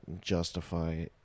justify